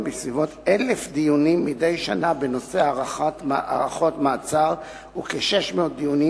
בסביבות 1,000 דיונים מדי שנה בנושא הארכות מעצר וכ-600 דיונים